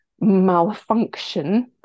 malfunction